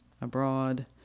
abroad